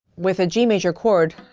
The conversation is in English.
with a g major chord,